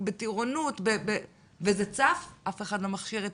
בטירונות וזה צף-אף אחד לא מכשיר את